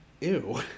Ew